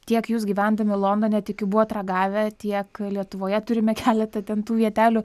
tiek jūs gyvendami londone tikiu buvot ragavę tiek lietuvoje turime keletą ten tų vietelių